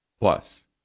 Plus